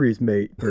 mate